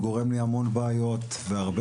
הוא גורם לי המון בעיות ומונחת הרבה